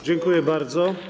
Dziękuję bardzo.